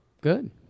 good